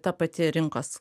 ta pati rinkos